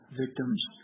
victims